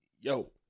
yo